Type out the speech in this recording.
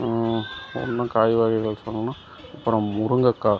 இன்னும் காய் வகைகள் சொல்லணுன்னா அப்புறம் முருங்கக்காய்